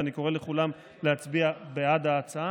ואני קורא לכולם להצביע בעד ההצעה.